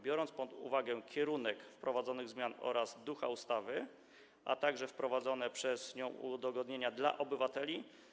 Biorąc pod uwagę kierunek wprowadzanych zmian oraz ducha ustawy, a także wprowadzane przez nią udogodnienia dla obywateli,